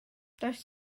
does